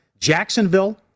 Jacksonville